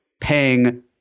paying